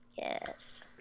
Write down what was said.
Yes